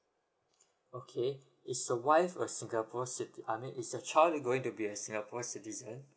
okay is your wife a singapore citi~ uh I mean is the child is going to be a singapore citizen